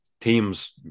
teams